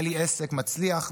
היה לי עסק מצליח,